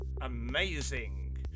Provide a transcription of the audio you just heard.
amazing